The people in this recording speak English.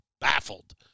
baffled